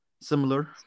similar